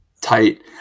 tight